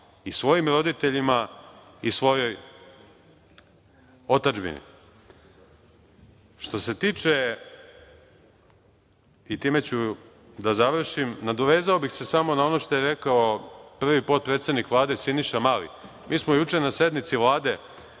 i svojim roditeljima i svojoj otadžbini. Što se tiče, i time ću da završim, nadovezao bih se samo na ono što je rekao prvi potpredsednik Vlade Siniša Mali. Mi smo juče na sednici Vlade,